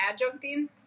adjuncting